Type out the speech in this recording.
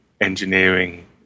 engineering